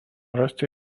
rasti